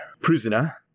prisoner